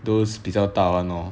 those 比较大 [one] lor